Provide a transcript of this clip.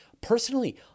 Personally